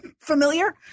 familiar